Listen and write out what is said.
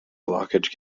blockage